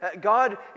God